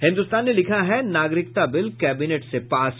हिन्दुस्तान ने लिखा है नागरिकता बिल कैबिनेट से पास